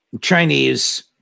Chinese